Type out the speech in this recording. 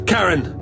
Karen